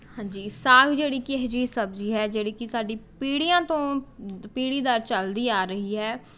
ਹਾਂਜੀ ਸਾਗ ਜਿਹੜੀ ਕਿ ਇਹ ਜੀ ਸਬਜ਼ੀ ਹੈ ਜਿਹੜੀ ਕਿ ਸਾਡੀ ਪੀੜ੍ਹੀਆਂ ਤੋਂ ਪੀੜ੍ਹੀਦਰ ਚੱਲਦੀ ਆ ਰਹੀ ਹੈ